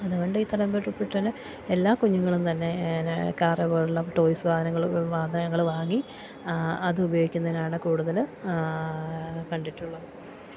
അതുകൊണ്ട് ഈ തലമുറേൽപ്പെട്ടാല് എല്ലാ കുഞ്ഞുങ്ങളും തന്നെ നാ കാറ് അത് പോലുള്ള ടോയിസ്സ് വാഹനങ്ങള് വാഹനങ്ങള് വാങ്ങി അതു ഉപയോഗിക്കുന്നതിനാണ് കൂടുതൽ കണ്ടിട്ടുള്ളത്